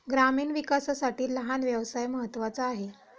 ग्रामीण विकासासाठी लहान व्यवसाय महत्त्वाचा आहे